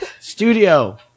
Studio